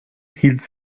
hielt